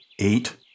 eight